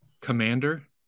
commander